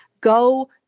go